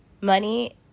Money